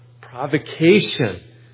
provocation